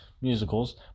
musicals